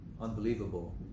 unbelievable